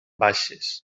baixes